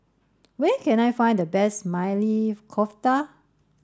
where can I find the best Maili Kofta